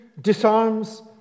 disarms